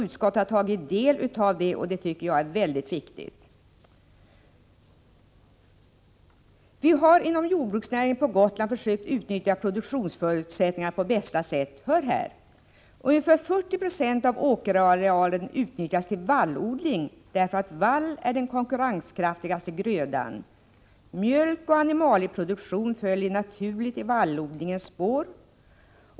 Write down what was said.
Dessa har tagit del av materialet, och det tycker jag är väldigt viktigt. Vi har inom jordbruksnäringen på Gotland försökt utnyttja produktionsförutsättningarna på bästa sätt. Ungefär 40 96 av åkerarealen utnyttjas till vallodling, därför att vall är den konkurrenskraftigaste grödan. Mjölkoch animalieproduktion följer naturligt i vallodlingens spår.